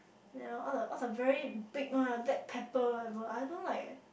ye loh all the all the very big one black pepper whatever I don't like leh